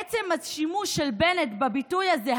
עצם השימוש של בנט בביטוי הזה,